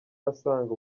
asanga